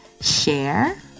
share